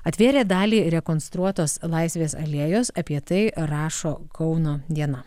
atvėrė dalį rekonstruotos laisvės alėjos apie tai rašo kauno diena